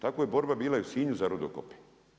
Takva je borba bila i u Sinju za rudokop.